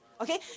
okay